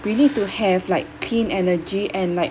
we need to have like clean energy and like